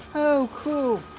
oh cool.